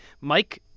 Mike